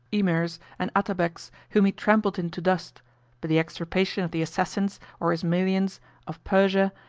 emirs, and atabeks, whom he trampled into dust but the extirpation of the assassins, or ismaelians of persia,